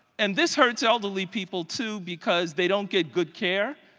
and this hurts elderly people too because they don't get good care.